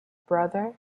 brother